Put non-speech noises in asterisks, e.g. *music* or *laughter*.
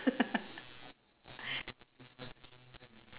*laughs*